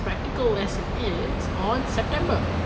practical lesson is on september